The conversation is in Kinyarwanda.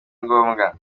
ngombwa